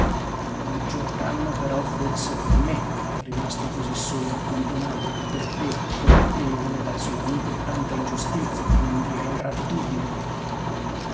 maggior danno però forse per me rimasto così solo e abbandonato che per te colpevole verso l'amico di tanta ingiustizia per non dire ingratitudine